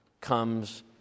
comes